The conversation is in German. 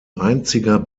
einziger